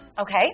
Okay